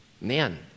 Man